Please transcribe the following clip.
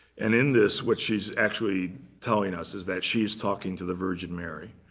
and in this, what she's actually telling us is that she is talking to the virgin mary.